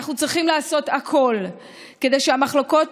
אנחנו צריכים לעשות הכול כדי שהמחלוקות